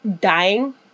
dying